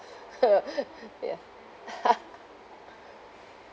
ya